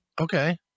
Okay